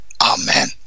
Amen